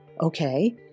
Okay